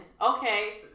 Okay